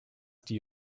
die